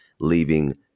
leaving